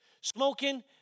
Smoking